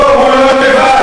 לא, הוא לא לבד.